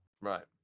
Right